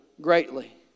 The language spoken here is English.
greatly